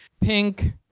pink